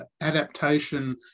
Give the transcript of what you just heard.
Adaptation